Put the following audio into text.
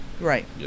Right